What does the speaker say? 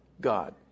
God